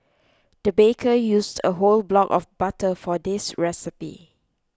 the baker used a whole block of butter for this recipe